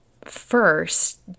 First